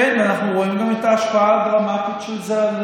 כן, אנחנו רואים גם את ההשפעה של זה על